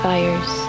Fires